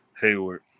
Hayward